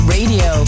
Radio